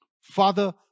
Father